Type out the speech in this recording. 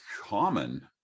common